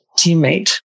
teammate